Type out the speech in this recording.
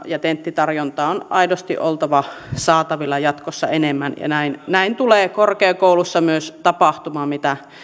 ja tenttitarjontaa on aidosti oltava saatavilla jatkossa enemmän ja näin näin tulee korkeakouluissa myös tapahtumaan mitä